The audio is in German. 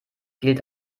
gilt